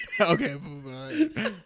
okay